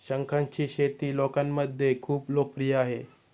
शंखांची शेती लोकांमध्ये खूप लोकप्रिय आहे